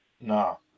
No